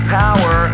power